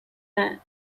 man